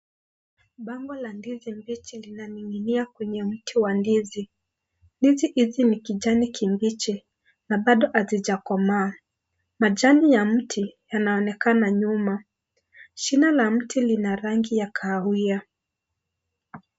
Bango la ndizi mbichi linaning'inia kwenye mti wa ndizi. Ndizi hizi ni kijani kibichi na bado hazijakomaa. Majani ya mti yanaonekana nyuma. Shina la mti lina rangi ya kahawia.